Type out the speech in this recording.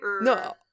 No